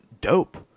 dope